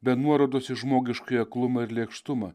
be nuorodos į žmogiškąjį aklumą ir lėkštumą